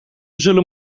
zullen